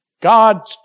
God